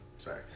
Sorry